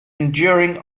enduring